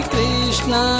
Krishna